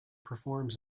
performs